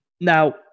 now